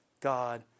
God